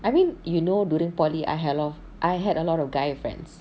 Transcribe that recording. I mean you know during poly I had a lot I had a lot of guy friends